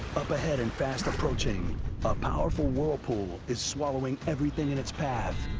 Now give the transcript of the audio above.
up ahead and fast approaching, a powerful whirlpool is swallowing everything in its path.